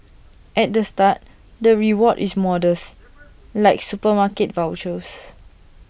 at the start the reward is modest like supermarket vouchers